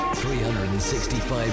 365